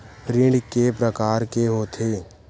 ऋण के प्रकार के होथे?